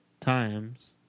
times